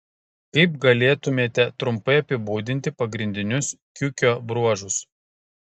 kaip galėtumėte trumpai apibūdinti pagrindinius kiukio bruožus